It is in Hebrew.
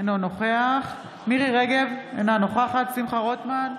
אינו נוכח מירי מרים רגב, אינה נוכחת שמחה רוטמן,